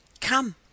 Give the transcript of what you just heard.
Come